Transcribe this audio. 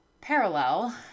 parallel